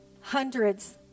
hundreds